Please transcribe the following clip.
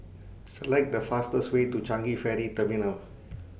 Select The fastest Way to Changi Ferry Terminal